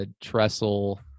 Trestle